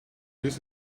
that